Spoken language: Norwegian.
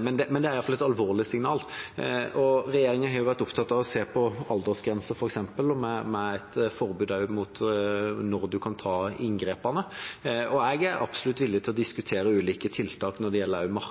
Men det er iallfall et alvorlig signal. Regjeringa har vært opptatt av å se på f.eks. aldersgrensene og et forbud mot når man kan ta inngrepene, og jeg er absolutt villig til å diskutere ulike tiltak når det gjelder